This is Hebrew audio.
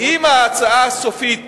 אם ההצעה הסופית